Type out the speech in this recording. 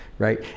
right